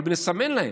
אבל נסמן להם: